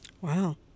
Wow